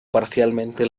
parcialmente